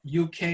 UK